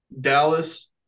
Dallas